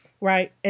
right